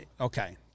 Okay